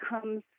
comes